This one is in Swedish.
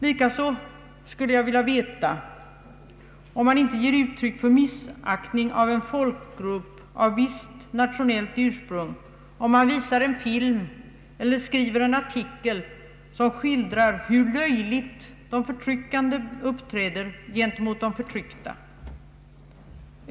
Likaså skulle jag vilja veta om man inte ger uttryck för missaktning av en folkgrupp av visst nationellt ursprung, om man visar en film eller skriver en artikel som skildrar hur löjligt de förtryckande uppträder gentemot de förtryckta.